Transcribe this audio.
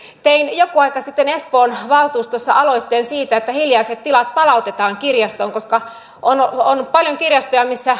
tein joku aika sitten espoon valtuustossa aloitteen siitä että hiljaiset tilat palautetaan kirjastoon koska on paljon kirjastoja missä